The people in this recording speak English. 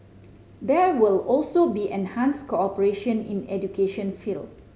there will also be enhanced cooperation in education field